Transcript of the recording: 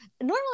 Normally